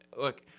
look